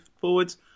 forwards